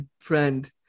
friend